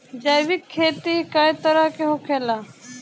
जैविक खेती कए तरह के होखेला?